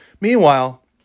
Meanwhile